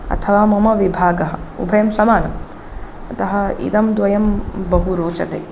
अथवा मम विभागः उभयं समानम् अतः इदं द्वयं बहु रोचते